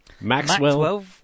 Maxwell